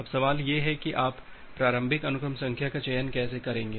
अब सवाल यह है कि आप प्रारंभिक अनुक्रम संख्या का चयन कैसे करेंगे